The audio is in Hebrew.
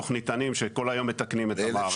תוכניתנים שכל היום מתקנים את המערכת.